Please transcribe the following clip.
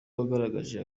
wagaragaje